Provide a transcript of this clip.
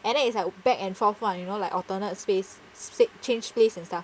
and then it's like back and forth [one] you know like alternate space split change place and stuff